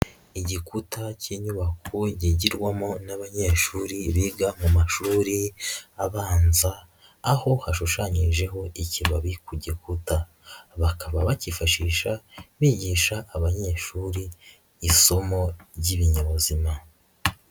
Igikuta cy'inyubako yigirwamo n'abanyeshuri biga mu mashuri abanza, aho hashushanyijeho ikibabi ku gikuta, bakaba bakifashisha bigisha abanyeshuri isomo ry'ibinyabuzima.